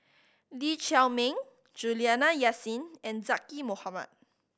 Lee Chiaw Meng Juliana Yasin and Zaqy Mohamad